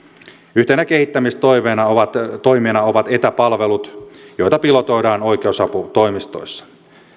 yhtenä kehittämistoimena ovat etäpalvelut joita pilotoidaan oikeusaputoimistoissa